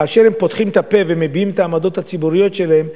כאשר הם פותחים את הפה ומביעים את העמדות הציבוריות שלהם,